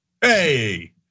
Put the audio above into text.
hey